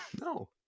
No